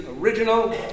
original